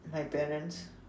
my parents